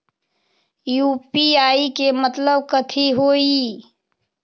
UPI के मतलब कथी होई?